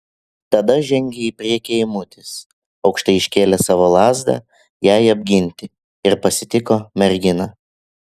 tada žengė į priekį eimutis aukštai iškėlęs savo lazdą jai apginti ir pasitiko merginą